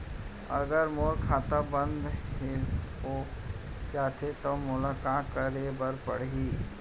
अगर मोर खाता बन्द हो जाथे त मोला का करे बार पड़हि?